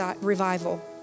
revival